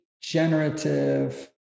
generative